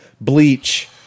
bleach